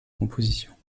compositions